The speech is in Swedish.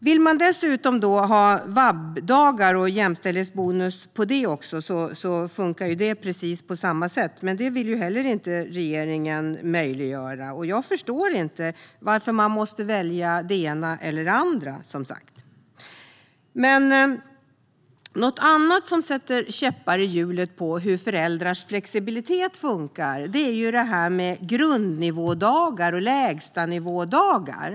Om man dessutom vill ha jämställdhetsbonus på vab-dagar funkar det på precis samma sätt. Men inte heller detta vill regeringen möjliggöra. Jag förstår som sagt inte varför man måste välja det ena eller det andra. Något annat som sätter käppar i hjulet för hur föräldrars flexibilitet funkar är det här med grundnivådagar och lägstanivådagar.